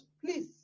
please